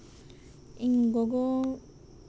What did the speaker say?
ᱤᱧ ᱜᱚᱜᱚ